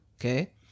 Okay